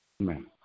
Amen